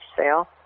sale